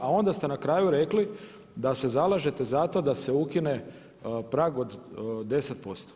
A onda ste na kraju rekli da se zalažete za to da se ukine prag od 10%